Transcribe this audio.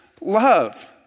love